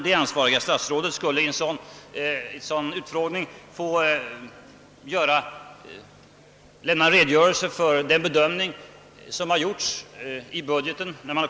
Det ansvariga statsrådet skulle vid utfrågningen få lämna en redogörelse för vilken bedömning som gjorts i budgeten.